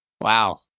Wow